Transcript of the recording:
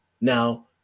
Now